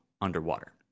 underwater